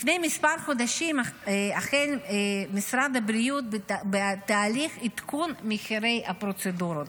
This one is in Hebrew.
לפני כמה חודשים החל משרד הבריאות בתהליך עדכון מחירי הפרוצדורות.